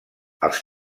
als